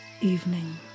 evening